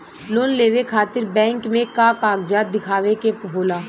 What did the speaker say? Loan लेवे खातिर bank मे का कागजात दिखावे के होला?